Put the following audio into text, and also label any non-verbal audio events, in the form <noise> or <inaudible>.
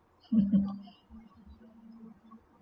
<laughs>